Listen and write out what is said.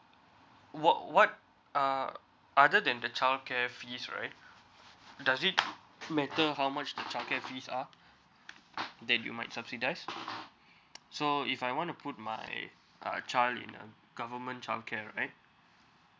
what what uh other than the childcare fees right does it matter how much childcare fees uh that you might subsidise so if I want to put my uh child in a government childcare right